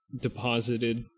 deposited